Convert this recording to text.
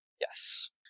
Yes